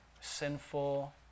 sinful